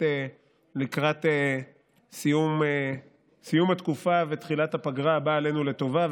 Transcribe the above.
לקראת סיום התקופה ותחילת הפגרה הבאה עלינו לטובה,